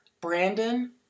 Brandon